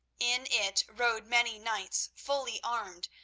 in it rode many knights fully armed,